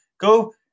go